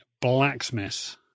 blacksmith